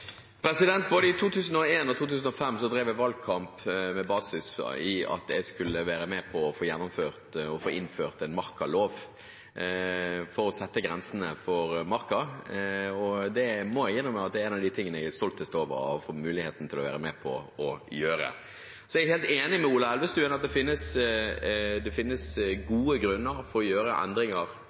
både 2001 og 2005 drev jeg valgkamp med basis i at jeg skulle være med på å få gjennomført og innført en markalov, for å sette grensene for marka. Det må jeg innrømme er en av de tingene jeg er stoltest over å ha fått muligheten til å være med på og gjøre. Så er jeg helt enig med Ola Elvestuen i at det finnes gode grunner for å gjøre endringer